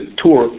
tour